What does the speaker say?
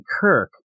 Kirk